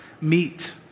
meet